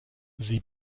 sie